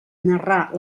narrar